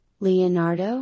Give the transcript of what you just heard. Leonardo